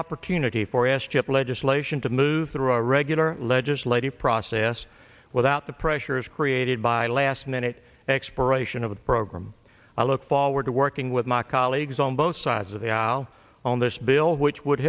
opportunity for us chip legislation to move through a regular legislative process without the pressures created by last minute expiration of the program i look forward to working with my colleagues on both sides of the how on this bill which would